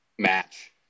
match